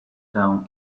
town